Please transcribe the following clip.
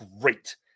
great